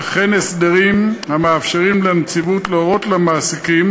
וכן הסדרים המאפשרים לנציבות להורות למעסיקים